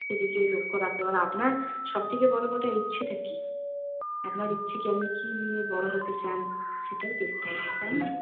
সেদিকেই লক্ষ্য রাখতে হবে আপনার সব থেকে বড় কথা ইচ্ছেটা কী আপনার ইচ্ছে কী আপনি কী নিয়ে বড় হতে চান সেটাই দেখতে তাই না